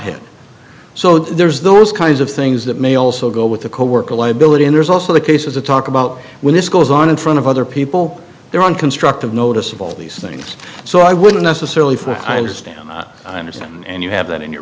head so there's those kinds of things that may also go with the coworker liability and there's also the cases that talk about when this goes on in front of other people they're on constructive notice of all these things so i wouldn't necessarily for i understand i understand you have that in your